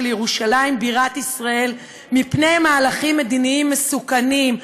ירושלים בירת ישראל מפני מהלכים מדיניים מסוכנים,